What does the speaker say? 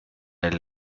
del